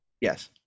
Yes